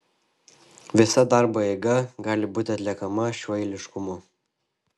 visa darbo eiga gali būti atliekama šiuo eiliškumu